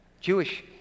Jewish